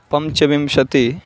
पञ्चविंशतिः